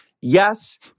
yes